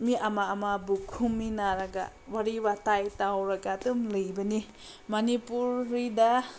ꯃꯤ ꯑꯃ ꯑꯃꯕꯨ ꯈꯨꯝꯃꯤꯟꯅꯔꯒ ꯋꯥꯔꯤ ꯋꯥꯇꯥꯏ ꯇꯧꯔꯒ ꯑꯗꯨꯝ ꯂꯩꯕꯅꯤ ꯃꯅꯤꯄꯨꯔꯤꯗ